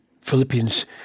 Philippians